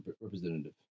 representative